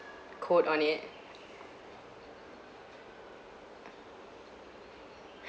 code on it